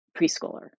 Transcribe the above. preschooler